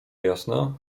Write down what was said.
jasno